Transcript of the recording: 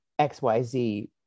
xyz